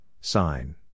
sign